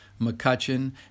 McCutcheon